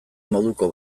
moduko